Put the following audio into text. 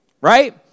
Right